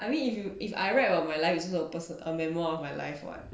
I mean if you if I write about my life it's also a perso~ a memoir of my life [what]